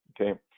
Okay